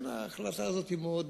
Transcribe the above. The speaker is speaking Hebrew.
שלושה שבועות תהיה החלטת ממשלה,